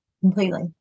completely